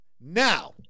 Now